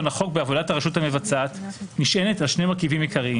החוק בעבודת הרשות המבצעת נשענת על שני מרכיבים עיקריים: